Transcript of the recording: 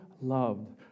loved